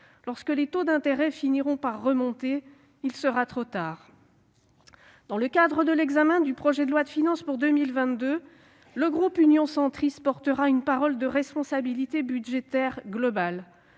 Lorsque les taux d'intérêt finiront par remonter, il sera trop tard. Dans le cadre de l'examen du projet de loi de finances pour 2022, le groupe Union Centriste portera une parole de responsabilité budgétaire globale.